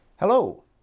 Hello